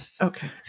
Okay